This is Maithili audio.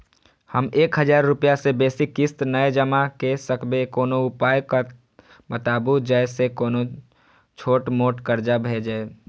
हम एक हजार रूपया से बेसी किस्त नय जमा के सकबे कोनो उपाय बताबु जै से कोनो छोट मोट कर्जा भे जै?